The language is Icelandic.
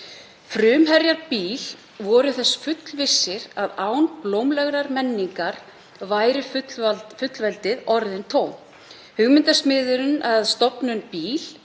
frumherjar BÍL voru þess fullvissir að án blómlegrar menningar væri fullveldið orðin tóm. Hugmyndasmiðurinn að stofnun